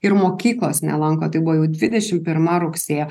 ir mokyklos nelanko tai buvo jau dvidešim pirma rugsėjo